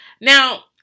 Now